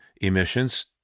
emissions